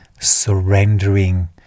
surrendering